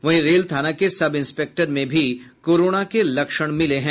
वहीं रेल थाना के सब इंस्पेक्टर में भी कोरोना के लक्षण मिले हैं